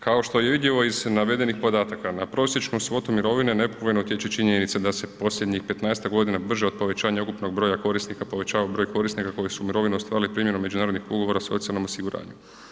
Kao što je vidljivo iz navedenih podataka na prosječnu svotu mirovine nepovoljno utječe činjenica da se posljednjih 15-tak brže od povećanja ukupnog broja korisnika povećava broj korisnika koji su mirovinu ostvarili primjenom međunarodnih ugovora o socijalnom osiguranju.